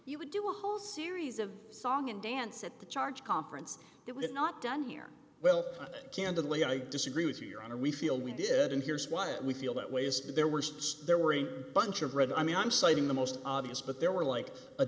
you would do a whole series of song and dance at the charge conference it was not done here well candidly i disagree with you your honor we feel we did and here's what we feel that ways there were there were a bunch of red i mean i'm citing the most obvious but there were like a